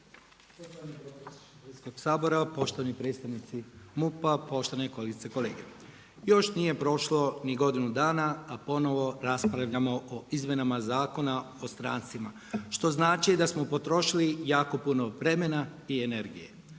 Veljko (Nezavisni)** … poštovani predstavnici MUP-a, poštovane kolegice i kolege. Još nije prošlo ni godinu dana, a ponovo raspravljamo o izmjenama Zakona o strancima, što znači da smo potrošili jako puno vremena i energije,